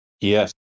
Yes